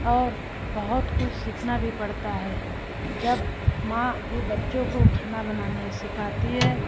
और बहुत कुछ सिखाना भी पड़ता है जब माँ ए बच्चों को खाना बनाना सिखाती है